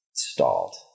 stalled